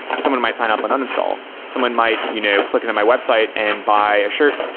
someone might sign up and uninstall. someone might you know click in on my website and buy a shirt.